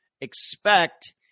expect